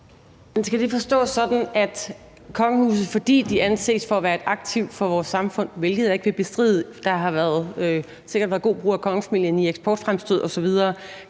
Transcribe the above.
Skal det så forstås sådan, at kongehuset, fordi de anses for at være et aktiv for vores samfund – hvilket jeg ikke vil bestride; der har sikkert været god brug af kongefamilien i forbindelse med eksportfremstød osv.